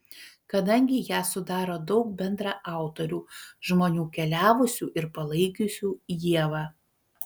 kadangi ją sudaro daug bendraautorių žmonių keliavusių ir palaikiusių ievą